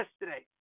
yesterday